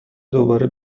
دوباره